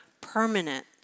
permanent